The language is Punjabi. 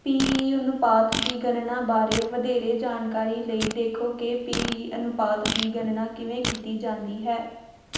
ਪੀ ਈ ਅਨੁਪਾਤ ਦੀ ਗਣਨਾ ਬਾਰੇ ਵਧੇਰੇ ਜਾਣਕਾਰੀ ਲਈ ਦੇਖੋ ਕਿ ਪੀ ਈ ਅਨੁਪਾਤ ਦੀ ਗਣਨਾ ਕਿਵੇਂ ਕੀਤੀ ਜਾਂਦੀ ਹੈ